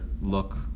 look